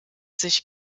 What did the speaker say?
sich